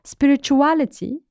Spirituality